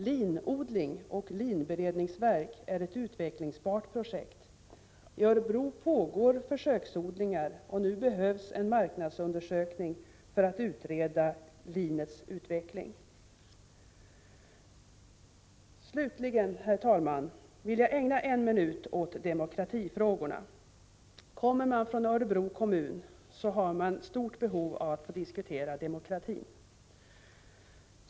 Linodling och linberedningsverk är ett utvecklingsbart projekt. I Örebro pågår försöksodlingar, och nu behövs en marknadsundersökning för att utreda linets utveckling. Slutligen, herr talman, vill jag ägna en minut åt demokratifrågorna. Kommer man från Örebro kommun har man stort behov av att få diskutera demokratin.